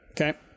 okay